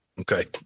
Okay